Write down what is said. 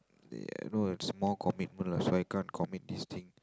yeah no it's more commitment lah so I can't commit this thing